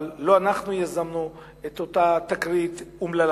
אבל לא אנחנו יזמנו את אותה תקרית אומללה